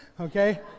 okay